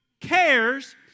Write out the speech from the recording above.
cares